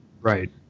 right